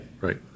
Right